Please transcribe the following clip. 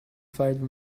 fight